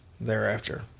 thereafter